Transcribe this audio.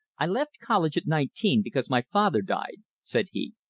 i left college at nineteen because my father died, said he.